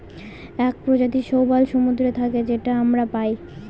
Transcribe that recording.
এক প্রজাতির শৈবাল সমুদ্রে থাকে যেটা আমরা পায়